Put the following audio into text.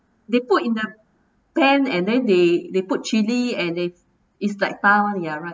they put in the pan and then they they put chilli and it it's like tah [one] ya right